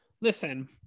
listen